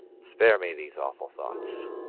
spare me these awful thoughts.